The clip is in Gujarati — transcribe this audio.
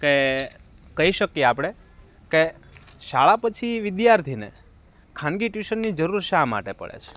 કે કહી શકીએ આપણે કે શાળા પછી વિદ્યાર્થીને ખાનગી ટ્યુશનની જરૂર શા માટે પડે છે